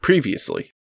Previously